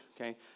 okay